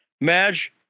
Madge